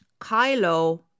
Kylo